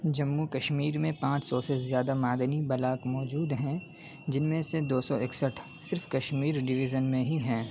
جموں کشمیر میں پانچ سو سے زیادہ معدنی بلاک موجود ہیں جن میں سے دو سو اکسٹھ صرف کشمیر ڈویژن میں ہی ہیں